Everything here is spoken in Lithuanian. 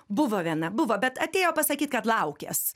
buvo viena buvo bet atėjo pasakyt kad laukias